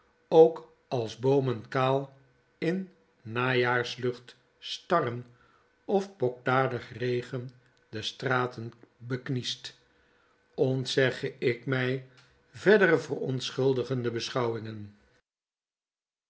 k als boomen kaal in najaarslucht starren of pokdalige regen de straten bekniest ontzegge ik mij verdere verontschuldigende beschouwingen